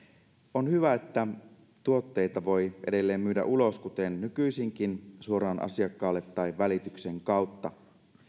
on hyvä että tuotteita voi edelleen myydä ulos kuten nykyisinkin suoraan asiakkaalle tai välityksen kautta